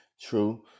true